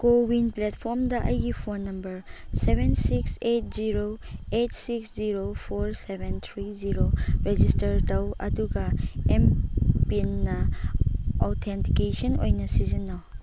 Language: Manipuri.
ꯀꯣꯋꯤꯟ ꯄ꯭ꯂꯦꯠꯐꯣꯔꯝꯗ ꯑꯩꯒꯤ phone number seven six eight zero eight six zero four seven three zero register ꯇꯧ ꯑꯗꯨꯒ ꯑꯦꯝ ꯄꯤꯟꯅ ꯑꯣꯊꯦꯟꯇꯤꯀꯦꯁꯟ ꯑꯣꯏꯅ ꯁꯤꯖꯤꯟꯅꯧ